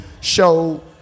show